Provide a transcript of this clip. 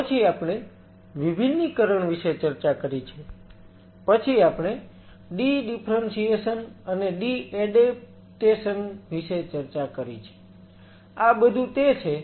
પછી આપણે વિભિન્નીકરણ વિશે ચર્ચા કરી છે પછી આપણે ડી ડિફરન્સિએશન અને ડી એડેપ્ટેશન વિશે ચર્ચા કરી છે આ બધું તે છે જેને આપણે પહેલાથી આવરી લીધું છે